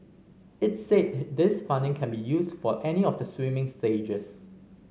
it said this funding can be used for any of the swimming stages